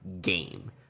game